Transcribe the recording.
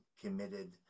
committed